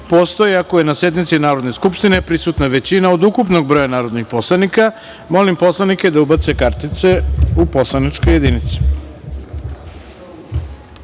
postoji ako je na sednici Narodne skupštine prisutna većina od ukupnog broja narodnih poslanika. Molim poslanike da ubace kartice u poslaničke